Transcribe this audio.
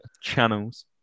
channels